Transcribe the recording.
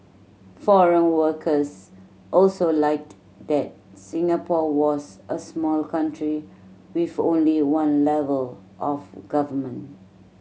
foreign workers also liked that Singapore was a small country with only one level of government